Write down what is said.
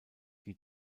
die